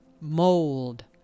mold